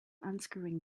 unscrewing